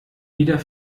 wieder